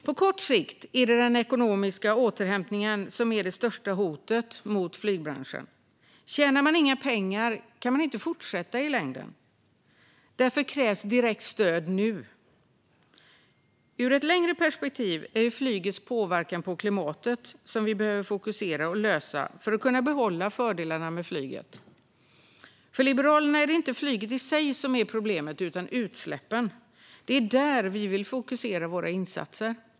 På kort sikt är den ekonomiska nedgången det största hotet mot flygbranschen. Tjänar man inga pengar kan man inte fortsätta i längden. Därför krävs direkt stöd nu. I ett längre perspektiv är det flygets påverkan på klimatet vi behöver fokusera på och lösa för att kunna behålla fördelarna med flyget. För Liberalerna är det inte flyget i sig som är problemet utan utsläppen. Det är där vi vill fokusera våra insatser.